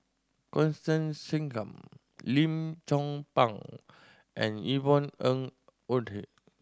Constance Singam Lim Chong Pang and Yvonne Ng Uhde